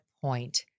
point